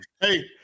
hey